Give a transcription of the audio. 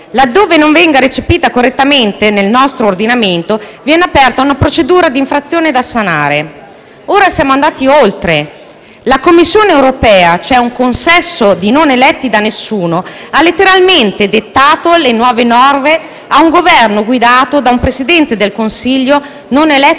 Laddove non venga recepita correttamente nel nostro ordinamento, viene aperta una procedura di infrazione, da sanare. Ora siamo andati oltre. La Commissione europea, cioè un consesso di non eletti da nessuno, ha letteralmente dettato le nuove norme a un Governo guidato da un Presidente del Consiglio non eletto da nessuno.